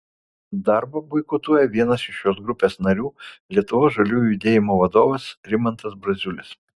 darbą boikotuoja vienas iš šios grupės narių lietuvos žaliųjų judėjimo vadovas rimantas braziulis